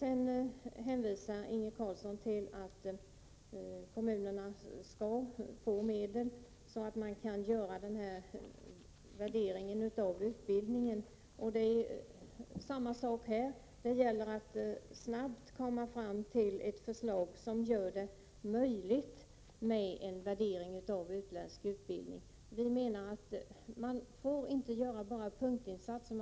Inge Carlsson hänvisar till att kommunerna skall få medel så att de kan göra en utvärdering av utbildningen. Samma sak gäller på denna punkt. Vi måste snabbt komma fram till ett förslag, som gör det möjligt att värdera en utländsk utbildning. Vi får inte bara göra punktinsatser.